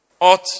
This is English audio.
ought